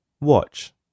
Watch